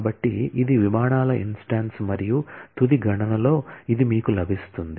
కాబట్టి ఇది విమానాల ఇన్స్టాన్స్ మరియు తుది గణనలో ఇది మీకు లభిస్తుంది